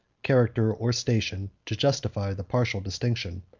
character, or station, to justify the partial distinction.